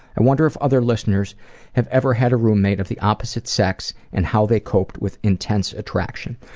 i wonder if other listeners have ever had a roommate of the opposite sex and how they coped with intense attraction.